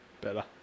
Better